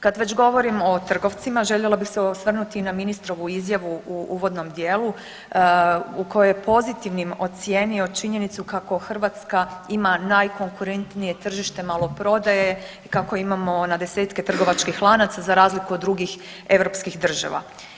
Kad već govorim o trgovcima željela bi se osvrnuti na ministrovu izjavu u uvodnom dijelu u kojoj je pozitivnim ocijenio činjenicu kako Hrvatska ima najkonkurentnije tržište maloprodaje i kako imamo na desetke trgovačkih lanaca za razliku od drugih europskih država.